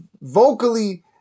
vocally